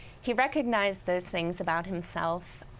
he recognized those things about himself